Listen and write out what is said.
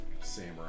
samurai